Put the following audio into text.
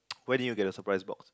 where did you get the surprise box